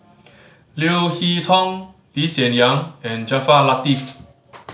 Leo Hee Tong Lee Hsien Yang and Jaafar Latiff